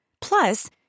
Plus